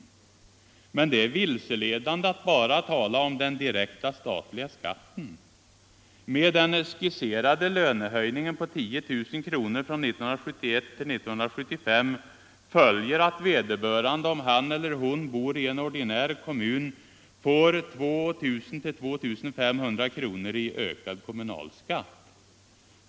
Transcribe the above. Men det är vilseledande att bara tala om den direkta statliga skatten. Med den skisserade lönehöjningen på 10 000 kronor från 1971 till 1975 följer att vederbörande, om han eller hon bor i en ordinär kommun, får 2 000 —2 500 kronor i ökad kommunalskatt.